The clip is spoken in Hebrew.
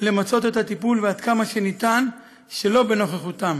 למצות את הטיפול עד כמה שניתן שלא בנוכחותם,